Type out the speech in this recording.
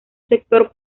sector